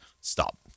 stop